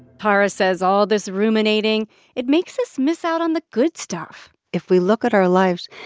tara says all this ruminating it makes us miss out on the good stuff if we look at our lives,